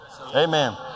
Amen